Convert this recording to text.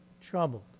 troubled